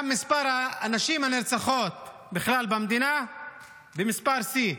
גם מספר הנשים הנרצחות בכלל במדינה במספר שיא.